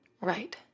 Right